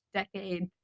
decade